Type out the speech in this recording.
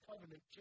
covenant